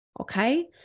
okay